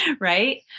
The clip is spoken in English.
right